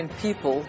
people